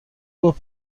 گفت